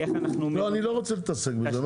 לא, אני לא רוצה להתעסק בזה.